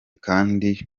kandi